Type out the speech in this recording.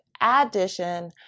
Addition